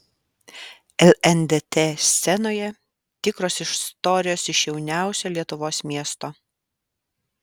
lndt scenoje tikros istorijos iš jauniausio lietuvos miesto